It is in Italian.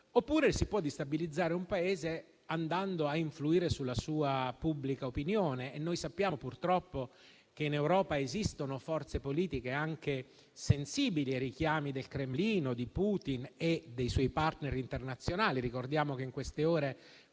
Oppure si può destabilizzare un Paese andando a influire sulla sua pubblica opinione. Noi sappiamo che purtroppo in Europa esistono forze politiche sensibili ai richiami del Cremlino, di Putin e dei suoi *partner* internazionali. Ricordiamo che in queste ore